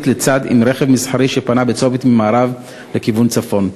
לצד עם רכב מסחרי שפנה בצומת ממערב לכיוון צפון,